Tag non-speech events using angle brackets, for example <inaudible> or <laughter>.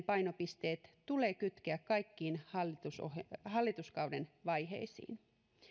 <unintelligible> painopisteet tulee kytkeä kaikkiin hallituskauden vaiheisiin